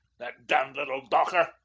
that damned little dawker!